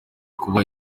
kuba